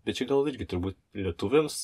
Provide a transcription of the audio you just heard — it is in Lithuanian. bet čia gal irgi turbūt lietuviams